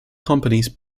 companies